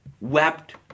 wept